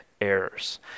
errors